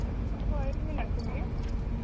ᱦᱳᱭ ᱢᱮᱱᱟᱜ ᱠᱚᱜᱮᱭᱟ